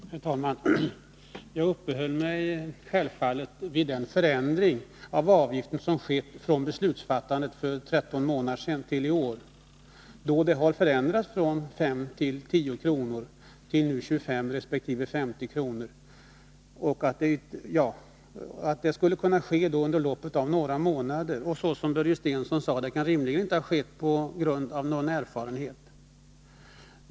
Herr talman! Jag uppehöll mig självfallet vid den förändring av avgiften som skett från beslutsfattandet för 13 månader sedan och fram till i år, nämligen från 5 resp. 10 kr. till 25 resp. 50 kr. Detta har alltså inträffat under loppet av några månader och kan, såsom Börje Stensson sade, inte rimligen ha skett på grundval av någon erfarenhet.